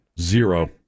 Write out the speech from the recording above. Zero